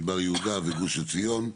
מדבר יהודה וגוש עציון".